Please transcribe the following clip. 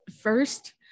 First